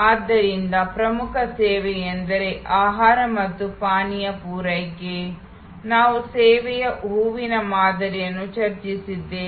ಆದ್ದರಿಂದ ಪ್ರಮುಖ ಸೇವೆಯೆಂದರೆ ಆಹಾರ ಮತ್ತು ಪಾನೀಯಗಳ ಪೂರೈಕೆ ನಾವು ಸೇವೆಯ ಹೂವಿನ ಮಾದರಿಯನ್ನು ಚರ್ಚಿಸಿದ್ದೇವೆ